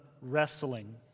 wrestling